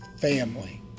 family